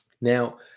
Now